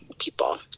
people